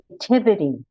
creativity